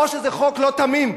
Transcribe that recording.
או שזה חוק לא תמים,